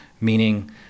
meaning